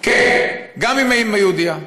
כן, גם אם האימא יהודייה.